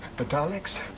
the daleks